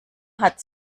hat